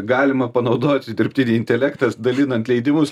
galima panaudoti dirbtinį intelektą dalinant leidimus